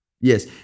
Yes